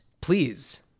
Please